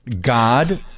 God